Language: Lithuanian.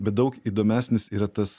bet daug įdomesnis yra tas